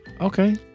Okay